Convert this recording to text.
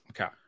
Okay